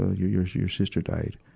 ah your, your, your sister died.